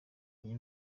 iyi